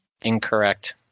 Incorrect